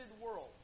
world